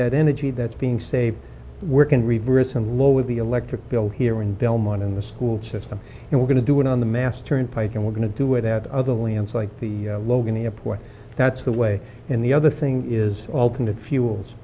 that energy that's being saved work in reverse and lower the electric bill here in belmont in the school system and we're going to do it on the mass turnpike and we're going to do it that other lands like the logan airport that's the way and the other thing is alternate fuels